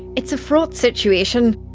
it's a fraught situation.